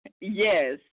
Yes